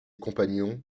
compagnons